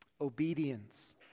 obedience